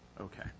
Okay